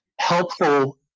helpful